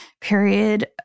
period